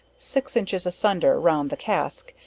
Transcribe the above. six inches asunder round the cask,